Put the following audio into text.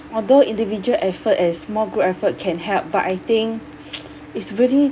although individual effort and small group effort can help but I think it's really